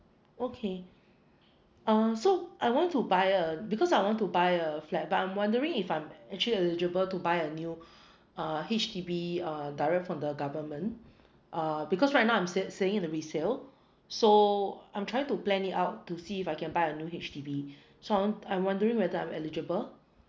okay uh so I want to buy a because I want to buy a flat but I'm wondering if I'm actually eligible to buy a new uh H_D_B uh direct from the government uh because right now I'm stay staying at the resale so I'm trying to plan it out to see if I can buy a new H_D_B so I'm I'm wondering whether I'm eligible